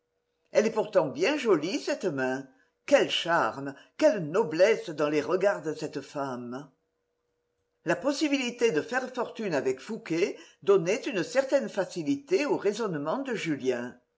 elle est pourtant bien jolie cette main quel charme quelle noblesse dans les regards de cette femme la possibilité de faire fortune avec fouqué donnait une certaine facilité aux raisonnements de julien